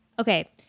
Okay